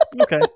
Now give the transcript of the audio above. Okay